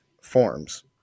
forms